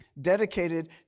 dedicated